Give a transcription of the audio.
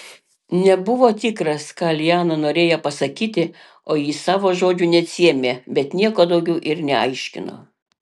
nebuvo tikras ką liana norėjo pasakyti o ji savo žodžių neatsiėmė bet nieko daugiau ir neaiškino